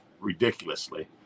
ridiculously